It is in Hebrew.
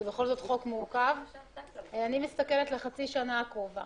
אני מסכלת לחצי השנה הקרובה.